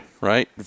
right